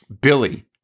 Billy